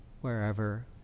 wherever